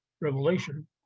Revelation